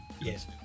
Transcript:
Yes